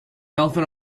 elephant